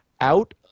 out